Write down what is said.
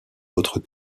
autres